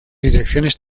direcciones